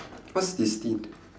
what's destined